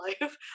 life